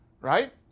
Right